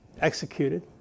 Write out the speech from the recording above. executed